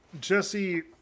Jesse